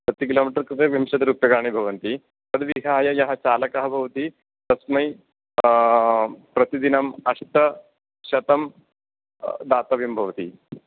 प्रति किलोमीटर् कृते विंशतिरूप्यकाणि भवन्ति तद्विहाय यः चालकः भवति तस्मै प्रतिदिनम् अष्टशतं दातव्यं भवति